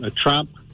Trump